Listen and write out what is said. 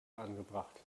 angebracht